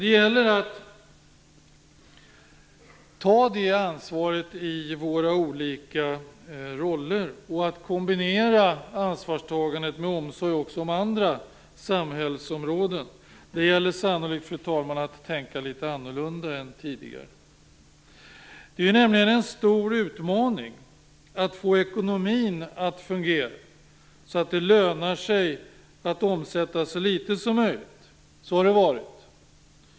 Det gäller att ta det ansvaret i våra olika roller och att kombinera ansvarstagandet med omsorg också om andra samhällsområden. Det gäller sannolikt, fru talman, att tänka litet annorlunda än tidigare. Det är nämligen en stor utmaning att få ekonomin att fungera så att det lönar sig att omsätta så litet som möjligt.